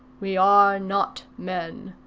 we are not men,